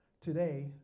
Today